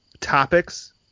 topics